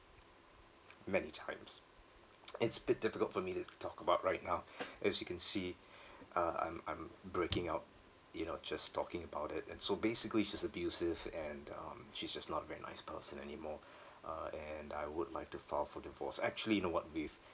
many times it's a bit difficult for me to talk about right now as you can see uh I'm I'm breaking out you know just talking about it and so basically she's abusive and um she's just not a very nice person anymore uh and I would like to file for divorce actually you know what we've